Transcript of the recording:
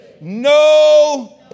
no